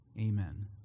Amen